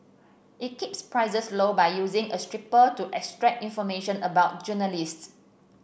it keeps prices low by using a scraper to extract information about journalists